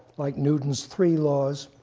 like newton's three laws,